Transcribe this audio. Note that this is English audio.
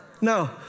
No